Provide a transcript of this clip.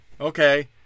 Okay